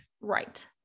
Right